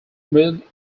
moved